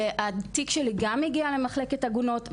התיק שלי גם מגיע למחלקת עגונות,